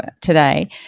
today